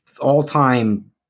all-time